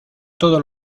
todos